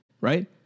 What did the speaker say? Right